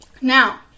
now